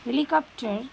helicopter